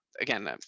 again